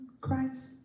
Christ